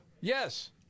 Yes